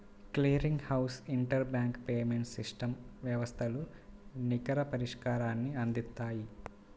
clearing house inter bank payments system వ్యవస్థలు నికర పరిష్కారాన్ని అందిత్తాయి